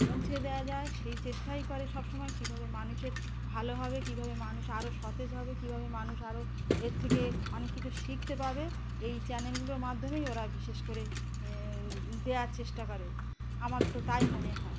পৌঁছে দেওয়া যায় সেই চেষ্টাই করে সবসময় কীভাবে মানুষের ভালো হবে কীভাবে মানুষ আরও সতেজ হবে কীভাবে মানুষ আরও এর থেকে অনেক কিছু শিখতে পাবে এই চ্যানেলগুলোর মাধ্যমেই ওরা বিশেষ করে দেওয়ার চেষ্টা করে আমার তো তাই মনে হয়